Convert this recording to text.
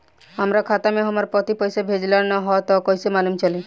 हमरा खाता में हमर पति पइसा भेजल न ह त कइसे मालूम चलि?